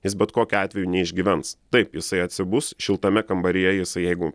jis bet kokiu atveju neišgyvens taip jisai atsibus šiltame kambaryje jisai jeigu